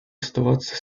оставаться